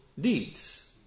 deeds